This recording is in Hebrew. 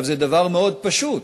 זה דבר מאוד פשוט,